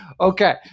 Okay